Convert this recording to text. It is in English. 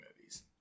movies